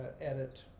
edit